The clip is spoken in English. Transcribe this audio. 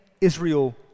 Israel